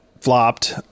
flopped